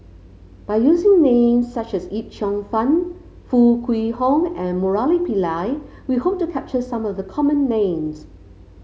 by using names such as Yip Cheong Fun Foo Kwee Horng and Murali Pillai we hope to capture some of the common names